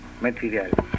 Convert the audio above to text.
material